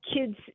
kids